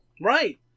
Right